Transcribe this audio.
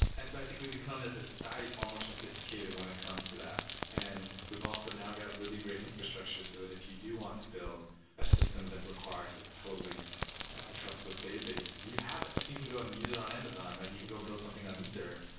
and so, i think we've become as a society far more sophisticated when it comes to that. and we've also now got really great infrastructure so that if you do want to build a system that requires a totally trustless database, you have it like. you can go and use it on amazon and you can go build something on ether.